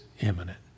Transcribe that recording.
imminent